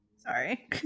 Sorry